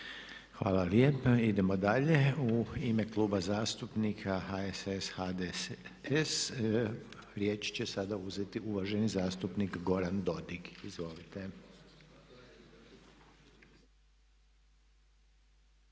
Hvala lijepa. Idemo dalje, u ime Kluba zastupnika HSS-HDS-a riječ će sada uzeti uvaženi zastupnik Goran Dodig, izvolite.